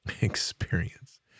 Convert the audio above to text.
experience